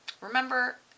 Remember